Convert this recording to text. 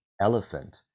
elephant